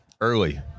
Early